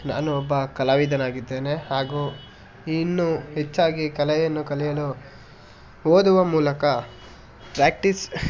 ನಾನು ಒಬ್ಬ ಕಲಾವಿದನಾಗಿದ್ದೇನೆ ಹಾಗೂ ಇನ್ನೂ ಹೆಚ್ಚಾಗಿ ಕಲೆಯನ್ನು ಕಲಿಯಲು ಓದುವ ಮೂಲಕ ಪ್ರ್ಯಾಕ್ಟೀಸ್